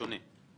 שונה.